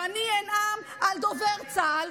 ואנאם על דובר צהל,